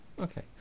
Okay